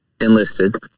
Enlisted